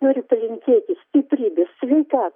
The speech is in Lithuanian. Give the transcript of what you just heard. noriu palinkėti stiprybės sveika